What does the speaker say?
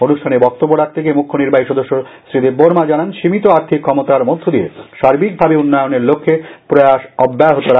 অনুষ্ঠানে বক্তব্য রাখতে গিয়ে মুখ্য নির্বাহী সদস্য শ্রী দেববর্মা জানান সীমিত আর্থিক ফ্রমতার মধ্য দিয়ে সার্বিকভাবে উন্নয়নের লক্ষ্যে প্রয়াস অব্যাহত রাখা হয়েছে